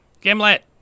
Gimlet